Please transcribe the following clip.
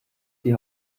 die